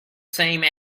same